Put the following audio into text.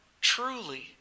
truly